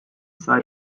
sei